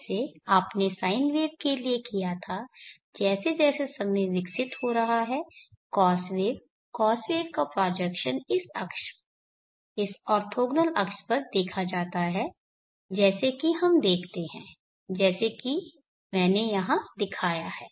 जैसे आपने sine wave के लिए किया था जैसे जैसे समय विकसित हो रहा है कॉस वेव कॉस वेव का प्रोजेक्शन इस अक्ष इस ऑर्थोगोनल अक्ष पर देखा जाता है जैसा कि हम देखते हैं जैसा कि मैंने यहां दिखाया है